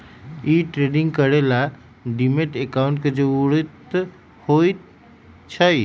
day trading करे ला demat account के जरूरत होई छई